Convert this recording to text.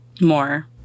more